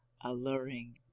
alluring